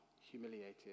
humiliated